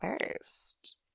first